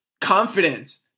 confidence